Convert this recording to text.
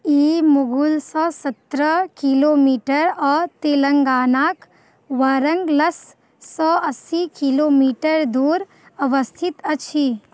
ई मुगुलसँ सतरह किलोमीटर आओर तेलङ्गानाके वारङ्गलसँ अस्सी किलोमीटर दूर अवस्थित अछि